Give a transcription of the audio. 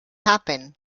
happen